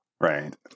Right